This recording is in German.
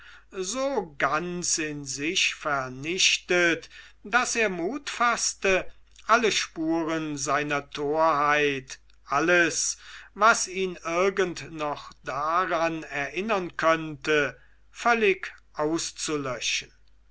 so ganz in sich vernichtet daß er mut faßte alle spuren seiner torheit alles was ihn irgend noch daran erinnern könnte völlig auszulöschen